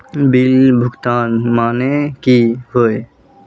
Bill भुगतान माने की होय?